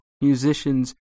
musicians